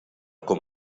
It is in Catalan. com